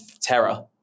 terror